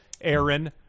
Aaron